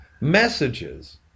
messages